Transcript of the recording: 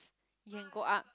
you can go up